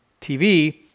TV